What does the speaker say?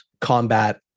combat